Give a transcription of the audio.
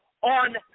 on